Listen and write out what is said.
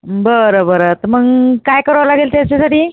बरं बरं त मग काय करावं लागेल त्याच्यासाठी